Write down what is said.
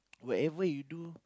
whatever you do